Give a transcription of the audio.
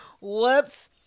Whoops